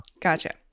Gotcha